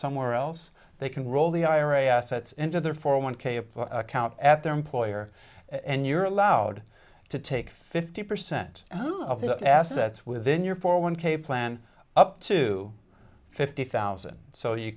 somewhere else they can roll the ira assets into their four a one k of account at their employer and you're allowed to take fifty percent of the assets within your four one k plan up to fifty thousand so you